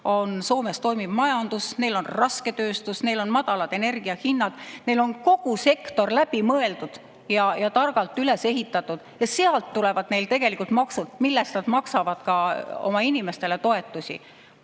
on Soomes toimiv majandus. Neil on rasketööstus, neil on madalad energiahinnad, neil on kogu sektor läbi mõeldud ja targalt üles ehitatud ja sealt tulevad neil tegelikult maksud, millest nad maksavad ka oma inimestele toetusi.